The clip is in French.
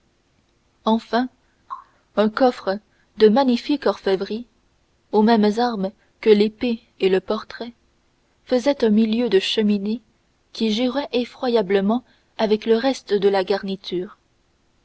enfin un coffre de magnifique orfèvrerie aux mêmes armes que l'épée et le portrait faisait un milieu de cheminée qui jurait effroyablement avec le reste de la garniture